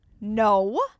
No